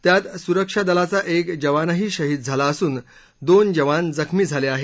त्यात सुरक्षादलाचा एक जवानही शहीद झाला असून दोन जवान जखमी झाले आहेत